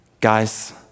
Guys